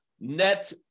net